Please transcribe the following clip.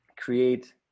create